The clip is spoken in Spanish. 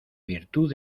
virtud